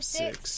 six